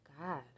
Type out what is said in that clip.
God